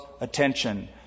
attention